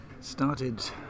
started